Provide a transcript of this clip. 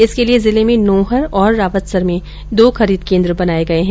इसके लिये जिले में नोहर और रावतसर में दो खरीद केन्द्र बनाये गये है